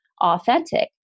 authentic